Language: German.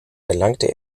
erlangte